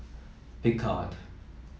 Picard